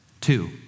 Two